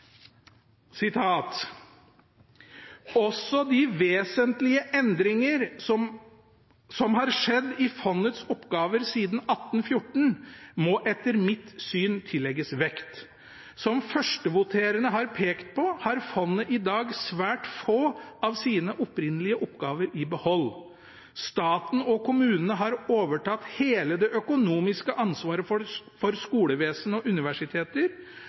de vesentlige endringer som har skjedd i fondets oppgaver siden 1814, må etter mitt syn tillegges vekt. Som førstvoterende har pekt på, har fondet i dag svært få av sine opprinnelige oppgaver i behold. Staten og kommunene har overtatt hele det økonomiske ansvaret for skolevesen og universiteter,